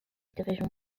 division